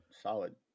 Solid